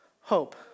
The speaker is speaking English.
hope